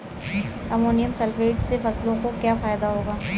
Ammonium sulphate से फसलों को क्या फायदा होगा?